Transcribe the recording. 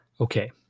okay